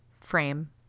frame